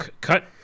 Cut